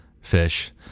fish